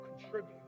contribute